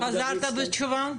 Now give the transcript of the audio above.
שקיימת בהלכה,